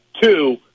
Two